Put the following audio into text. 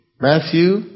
Matthew